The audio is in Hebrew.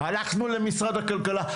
הלכנו למשרד הכלכלה.